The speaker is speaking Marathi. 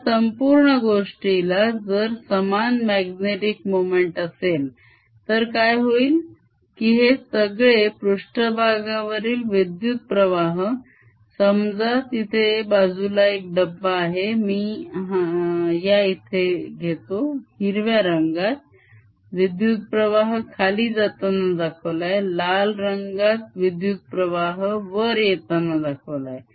या संपूर्ण गोष्टीला जर समान magnetic मोमेंट असेल तर काय होईल की हे सगळे पृष्ठभागावरील विद्युत्प्रवाह समजा तिथे बाजूला एक डब्बा आहे मी या इथे घेतो हिरव्या रंगात विद्युत्प्रवाह खाली जाताना दाखवला आहे लाल रंगात विद्युत्प्रवाह वर येताना दाखवला आहे